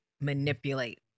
manipulate